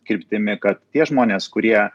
kryptimi kad tie žmonės kurie